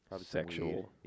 Sexual